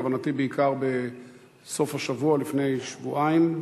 כוונתי בעיקר בסוף השבוע לפני שבועיים,